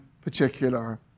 particular